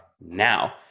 now